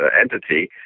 entity